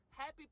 Happy